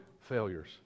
failures